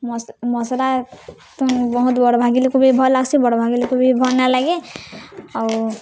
ମସ୍ଲା ତ ବହୁତ୍ ବଡ଼୍ଭାଗି ଲୋକ୍କୁ ବି ଭଲ୍ ଲାଗ୍ସି ବଡ଼୍ଭାଗି ଲୋକ୍କୁ ବି ଭଲ୍ ନାଇ ଲାଗେ ଆଉ